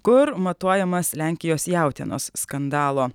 kur matuojamas lenkijos jautienos skandalo